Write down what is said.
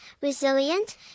resilient